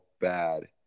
bad